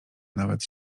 nawet